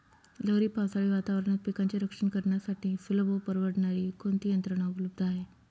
लहरी पावसाळी वातावरणात पिकांचे रक्षण करण्यासाठी सुलभ व परवडणारी कोणती यंत्रणा उपलब्ध आहे?